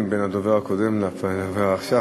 פערים בין הדובר הקודם לדובר עכשיו,